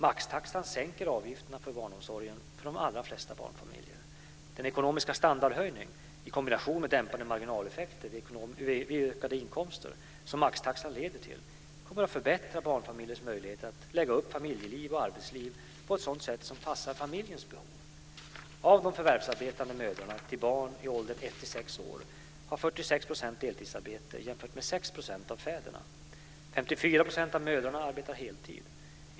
Maxtaxan sänker avgifterna för barnomsorgen för de allra flesta barnfamiljer. Den ekonomiska standardhöjning, i kombination med dämpade marginaleffekter vid ökade inkomster, som maxtaxan leder till kommer att förbättra barnfamiljers möjligheter att lägga upp familjeliv och arbetsliv på ett sätt som passar familjens behov. av fäderna. 54 % av mödrarna arbetar heltid.